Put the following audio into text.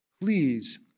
Please